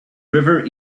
river